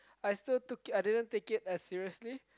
I still took it I didn't take it as seriously